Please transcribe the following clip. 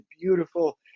beautiful